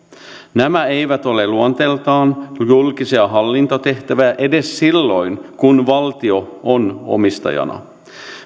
nämä eivät ole luonteeltaan julkisia hallintotehtäviä edes silloin kun valtio on omistajana